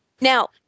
Now